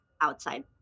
outside